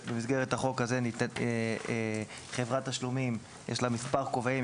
במסגרת החוק הזה לחברת תשלומים יש מספר כובעים.